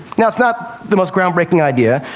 now, not the most groundbreaking idea,